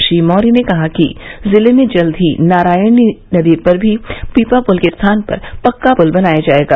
श्री मौर्य ने कहा कि जिले में जल्द ही नारायणी नदी पर पीपा पुल के स्थान पर पक्का पुल बनवाया जायेगा